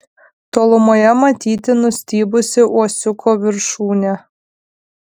tolumoje matyti nustybusi uosiuko viršūnė